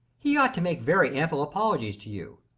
he ought to make very ample apologies to you.